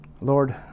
Lord